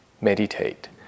meditate